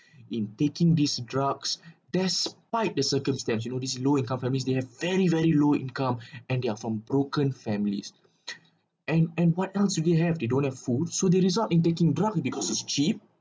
in taking these drugs despite the circumstance you know these low income families they have very very low income and they are from broken families and and what else do they have they don't have food so they result in taking drugs because it's cheap